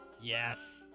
Yes